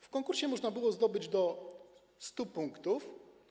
W konkursie można było zdobyć do 100 punktów.